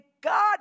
God